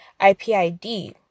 IPID